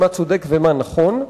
מה צודק ומה נכון,